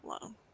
alone